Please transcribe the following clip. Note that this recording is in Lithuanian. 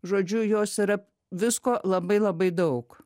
žodžiu jos yra visko labai labai daug